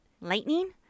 lightning